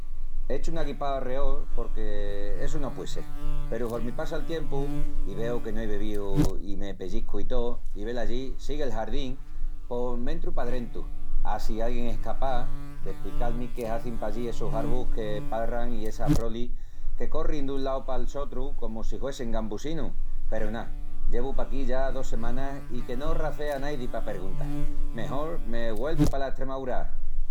Echo una guipá alreol porque essu no puei sel. Peru hormi passa'l tiempu i veu que no ei bebíu i me pelliscu i tó i velallí sigui'l jardín, pos m'entru padrentu á si alguien es escapás d'esprical-mi qué hazin pallí essus arvus que palran i essas frolis que corrin dun lau pal sotru comu si huessin gambusinus. Peru ná, llevu paquí ya dos semanas i que no racea naidi pa perguntal. Mejol me güelvu pala Estremaúra!